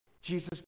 jesus